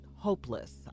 hopeless